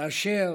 כאשר